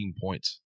points